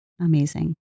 amazing